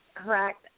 Correct